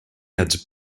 adds